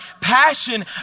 passion